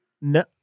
No